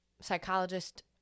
psychologist